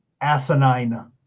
asinine